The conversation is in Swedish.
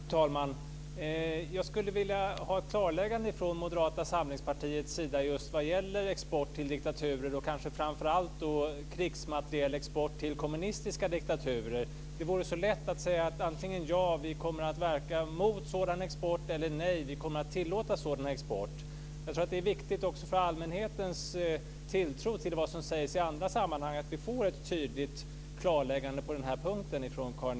Fru talman! Jag skulle vilja ha ett klarläggande från Moderata samlingspartiets sida just när det gäller export till diktaturer och kanske framför allt krigsmaterielexport till kommunistiska diktaturer. Det vore så lätt att säga antingen ja, vi kommer att verka mot sådan export, eller nej, vi kommer att tillåta sådan export. Jag tror att det är viktigt också för allmänhetens tilltro till vad som sägs i andra sammanhang att vi får ett tydligt klarläggande på den här punkten från